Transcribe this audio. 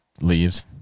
leaves